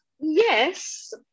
Yes